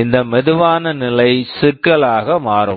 இந்த மெதுவான நிலை சிக்கலாக மாறும்